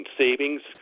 savings